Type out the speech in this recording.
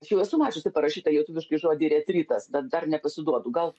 aš jau esu mačiusi parašyta lietuviškai žodį retritas bet dar nepasiduodu gal